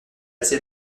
placé